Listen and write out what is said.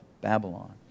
Babylon